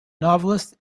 novelist